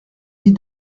dit